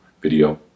video